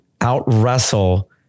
out-wrestle